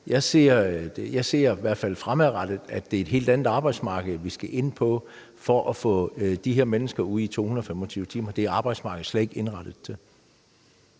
fald fremadrettet er et helt andet arbejdsmarked, vi skal ind på at have, for at få de her mennesker ud i 225 timer. Det er arbejdsmarkedet slet ikke indrettet til.